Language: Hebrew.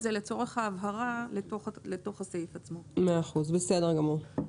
בסדר גמור.